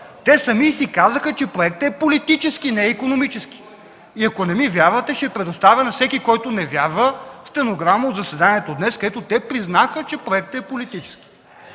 Те сами си казаха, че проектът е политически, не е икономически. Ако не ми вярвате, ще предоставя на всеки, който не вярва, стенограма от заседанието днес, където те признаха, че проектът е политически.